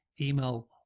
email